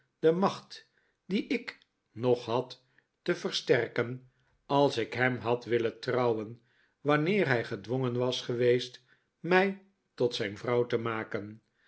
de macht die ik nog had te versterken als ik hem had willen trouwen wanneer hij gedwongen was geweest mij tot zijn vrouw te maken